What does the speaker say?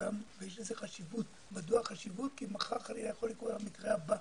פורסם ויש לזה חשיבות כי מחר חלילה יכול לקרות המקרה הבא.